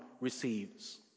receives